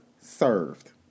served